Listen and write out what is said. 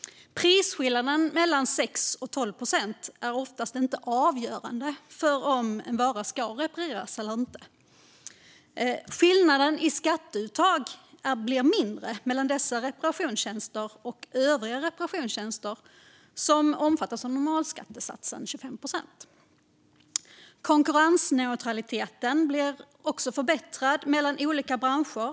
Prisskillnaden mellan 6 och 12 procents moms är oftast inte avgörande för om en vara ska repareras eller inte. Skillnaden i skatteuttag blir mindre mellan dessa reparationstjänster och de reparationstjänster som omfattas av normalskattesatsen 25 procent. Konkurrensneutraliteten blir också förbättrad mellan olika branscher.